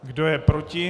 Kdo je proti?